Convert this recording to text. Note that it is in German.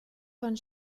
von